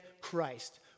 Christ